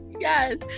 Yes